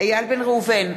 איל בן ראובן,